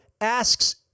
asks